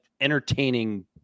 entertaining